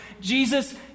Jesus